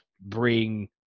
bring